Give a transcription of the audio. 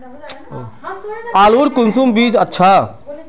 आलूर कुंसम बीज अच्छा?